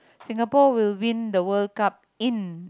Singapore will win the World Cup in